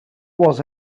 was